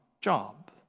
job